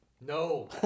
No